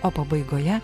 o pabaigoje